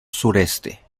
sureste